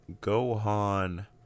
Gohan